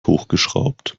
hochgeschraubt